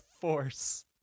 force